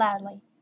loudly